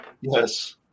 Yes